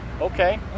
Okay